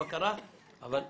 אחר כך הכול.